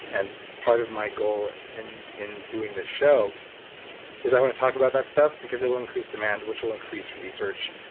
and part of my goal in in doing this show is i want to talk about that stuff because it will increase demand which will increase research.